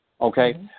okay